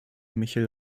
michel